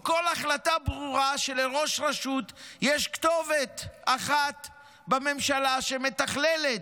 או כל החלטה ברורה שלראש רשות יש כתובת אחת בממשלה שמתכללת,